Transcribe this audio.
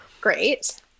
Great